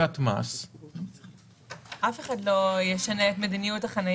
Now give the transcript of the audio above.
לגבי מה נדרש לגביית מס --- אף אחד לא ישנה את מדיניות החנייה.